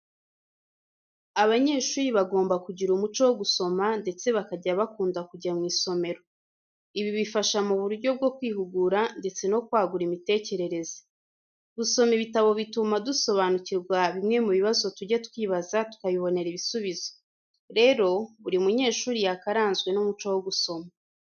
Abanyeshuri bagomba kugira umuco wo gusoma ndetse bakajya bakunda kujya mu isomero. Ibi bibafasha mu buryo bwo kwihugura ndetse no kwagura imitekerereza. Gusoma ibitabo bituma dusobanukirwa bimwe mu bibazo tujya twibaza tukabibonera ibisubizo. Rero, buri munyeshuri yakaranzwe n'umuco wo gusoma.